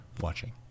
watching